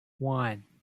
one